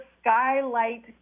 Skylight